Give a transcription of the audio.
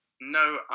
No